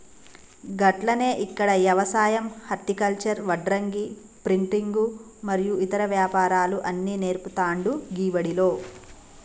గట్లనే ఇక్కడ యవసాయం హర్టికల్చర్, వడ్రంగి, ప్రింటింగు మరియు ఇతర వ్యాపారాలు అన్ని నేర్పుతాండు గీ బడిలో